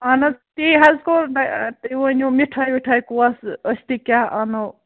اَہَن حظ تی حظ کوٚر تُہۍ ؤنِو مِٹھٲے وِٹھٲے کۄس أسۍ تہِ کیٛاہ اَنو